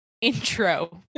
intro